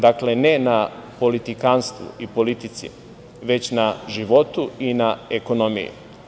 Dakle, ne na politikanstvu i politici, već na životu i na ekonomiji.